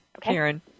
Karen